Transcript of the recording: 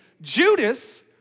Judas